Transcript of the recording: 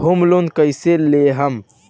Home loan कैसे लेहम?